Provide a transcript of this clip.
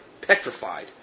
petrified